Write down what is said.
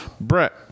Brett